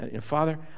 Father